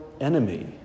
enemy